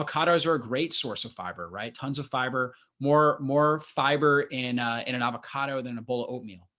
avocados are a great source of fiber, right tons of fiber, more more fiber in in an avocado than a bowl of oatmeal.